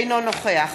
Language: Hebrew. אינו נוכח